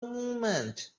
moment